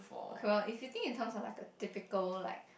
oh cannot if you think it sounds of like a typical like